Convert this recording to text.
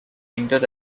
winter